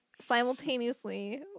simultaneously